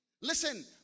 listen